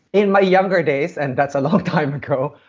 in my younger days, and that's a long time ago,